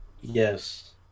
Yes